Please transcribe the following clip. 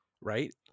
Right